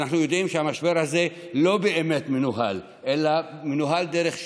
ואנחנו יודעים שהמשבר הזה לא באמת מנוהל אלא מנוהל דרך שליפות.